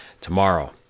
tomorrow